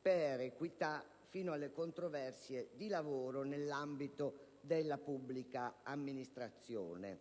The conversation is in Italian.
per equità alle controversie di lavoro nell'ambito della pubblica amministrazione,